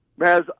Maz